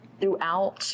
Throughout